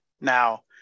now